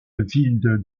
ville